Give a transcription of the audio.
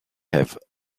have